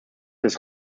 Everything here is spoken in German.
des